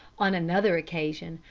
on another occasion,